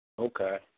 Okay